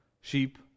sheep